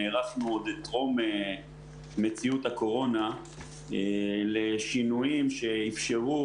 נערכנו עוד טרום מציאות הקורונה לשינויים שאפשרו